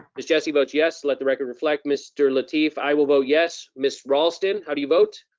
miss jessie votes yes let the record reflect. mr. lateef, i will vote yes. miss raulston, how do you vote?